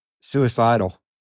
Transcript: Suicidal